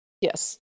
yes